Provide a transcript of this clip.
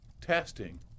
testing